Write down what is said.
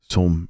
Som